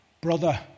Brother